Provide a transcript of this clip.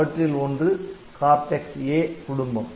அவற்றில் ஒன்று Cortex A குடும்பம்